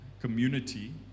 community